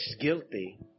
guilty